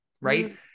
right